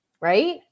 right